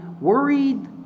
worried